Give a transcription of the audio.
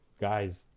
guys